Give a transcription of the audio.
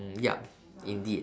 mm yup indeed